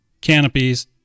canopies